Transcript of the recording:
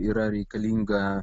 yra reikalinga